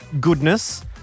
goodness